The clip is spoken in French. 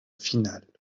finale